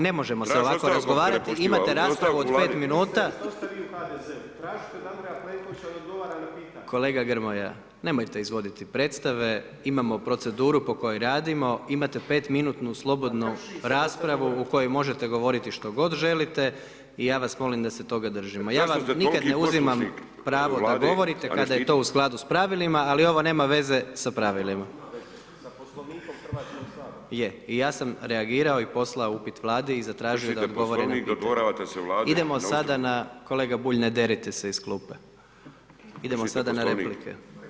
Ne možemo se ovako razgovarati … [[Upadica se ne čuje.]] imate raspravu od 5 min. … [[Upadica se ne čuje.]] Kolega Grmoja, nemojte izvoditi predstave, imamo proceduru po kojoj radimo, imate 5 min slobodnu raspravu, u kojoj možete govoriti što god želite i ja vas molim da se toga držimo … [[Upadica se ne čuje.]] nikada ne uzimam pravo da govorite kada je to u skladu s pravilima, ali ovo nema veze s pravilima. … [[Upadica se ne čuje.]] je, ja sam reagirao i poslao upit Vladi i zatražio … [[Upadica se ne čuje.]] idemo sada na, kolega Bulj ne derite se iz klupe, idemo sada na replike.